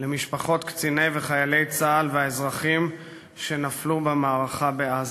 למשפחות קציני וחיילי צה"ל והאזרחים שנפלו במערכה בעזה.